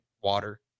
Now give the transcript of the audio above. water